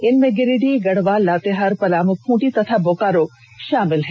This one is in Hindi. इनमें गिरिडीह गढ़वा लातेहार पलामू खूंटी तथा बोकारो शामिल हैं